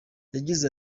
yagize